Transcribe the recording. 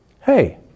hey